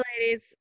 ladies